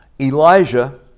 Elijah